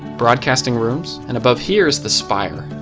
broadcasting rooms, and above here is the spire.